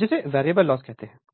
जिसे variable loss कहते हैं